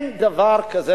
לפי דעתי אין דבר כזה,